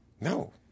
No